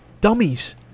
Dummies